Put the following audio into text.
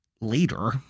Later